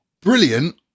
brilliant